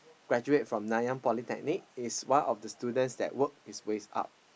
graduate from Nanyang polytechnic is one of the student that work his way up